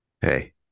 hey